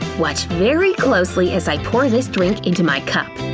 watch very closely as i pour this drink into my cup.